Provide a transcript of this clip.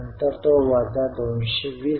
तर इतर सर्व बदल एकत्र 1700 होते